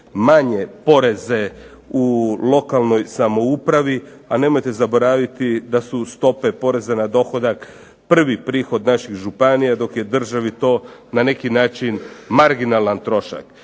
manje poreze u lokalnoj samoupravi, a nemojte zaboraviti da su stope poreza na dohodak prvi prihod naših županija dok je državi to na neki način marginalan trošak.